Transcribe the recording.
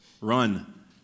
Run